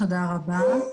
תודה רבה.